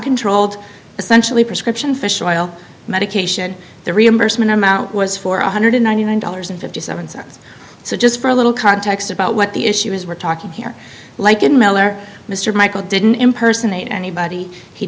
controlled essentially prescription fish oil medication the reimbursement amount was for one hundred ninety nine dollars and fifty seven cents so just for a little context about what the issue is we're talking here like in miller mr michael didn't impersonate anybody he